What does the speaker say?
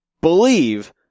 believe